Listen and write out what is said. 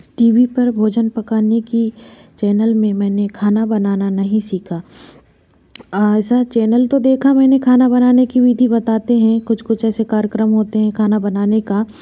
T V पर भोजन पकाने की चैनल में मैंने खाना बनाना नहीं सीखा ऐसा चैनल तो देखा मैंने खाना बनाने की विधि बताते हैं कुछ कुछ ऐसे कार्यक्रम होते हैं खाना बनाने का